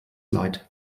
leid